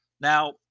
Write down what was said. Now